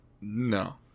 no